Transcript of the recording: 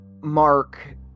Mark